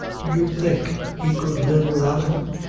do you think he could live widout him?